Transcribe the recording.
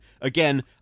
Again